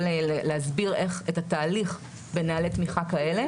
להסביר את התהליך בנוהלי תמיכה כאלה,